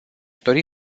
dori